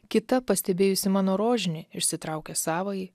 kita pastebėjusi mano rožinį išsitraukė savąjį